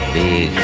big